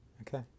Okay